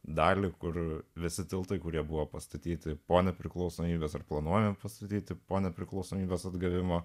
dalį kur visi tiltai kurie buvo pastatyti po nepriklausomybės ar planuoja pastatyti po nepriklausomybės atgavimo